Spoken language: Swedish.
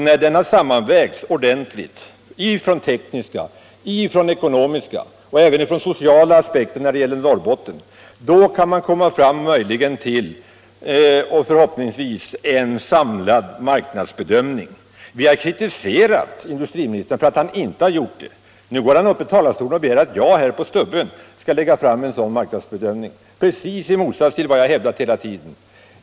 När den har sammanvägts ordentligt från tekniska, ekonomiska och även sociala aspekter när det gäller Norrbotten, kan man möjligen och förhoppningsvis komma fram till en samlad marknadsbedömning. Vi har kritiserat industriministern för att han inte har gjort denna utförliga ana lys. Nu går han upp i talarstolen och säger att jag här på stubben skall lägga fram en sådan marknadsbedömning — precis i motsats till vad jag hela tiden hävdat är möjligt.